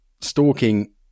stalking